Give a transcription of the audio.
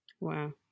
Wow